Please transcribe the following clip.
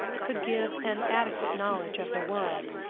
could give an adequate knowledge of the world.